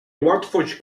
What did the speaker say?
łatwość